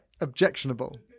objectionable